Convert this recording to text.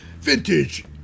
vintage